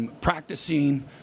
practicing